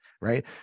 right